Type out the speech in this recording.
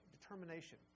determination